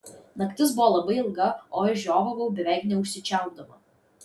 naktis buvo labai ilga o aš žiovavau beveik neužsičiaupdama